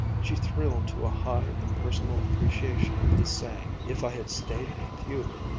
she thrilled to a high, impersonal appreciation of his saying if i had stayed with you,